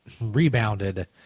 rebounded